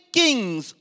kings